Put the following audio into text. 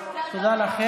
בעד, מיכאל